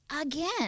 again